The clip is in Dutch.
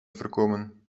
voorkomen